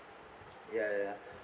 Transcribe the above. ya ya ya